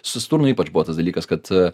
su sturnu ypač buvo tas dalykas kad